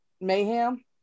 mayhem